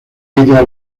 ella